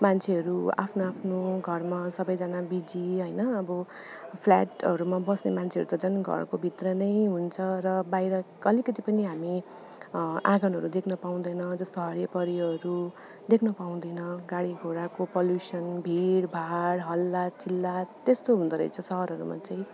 मान्छेहरू आफ्नो आफ्नो घरमा सबैजना बिजी होइन अब फ्ल्याटहरूमा बस्ने मान्छेहरू त झन् घरको भित्र नै हुन्छ र बाहिरको अलिकति पनि हामी आँगनहरू देख्नु पाउँदैन जस्तो हरियोपरियोहरू देख्नु पाउँदैन गाडी घोडाको पल्युसन भिडभाड हल्लाचिल्ला त्यस्तो हुँदो रहेछ सहरहरूमा चाहिँ